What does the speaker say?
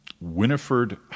Winifred